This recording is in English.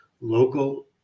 local